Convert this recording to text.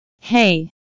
Hey